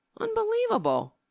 Unbelievable